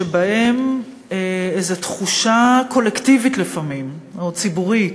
שבהם איזו תחושה קולקטיבית לפעמים, או ציבורית,